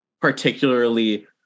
particularly